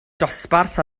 dosbarth